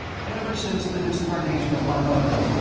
ever since the discarnation of my mother.